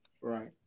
Right